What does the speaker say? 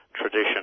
tradition